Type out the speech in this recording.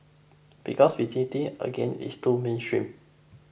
because visiting again is too mainstream